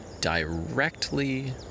directly